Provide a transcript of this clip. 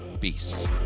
beast